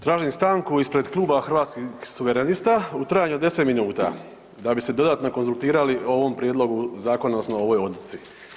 Tražim stanku ispred Kluba Hrvatskih suverenista u trajanju od 10 minuta da bi se dodatno konzultirali o ovom prijedlogu zakona, odnosno o ovoj odluci.